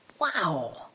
Wow